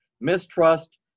mistrust